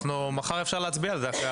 מחר אפשר להצביע על זה.